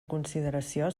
consideració